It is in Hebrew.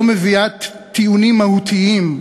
לא מביאה טיעונים מהותיים,